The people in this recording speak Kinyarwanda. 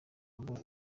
kuvuga